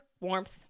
warmth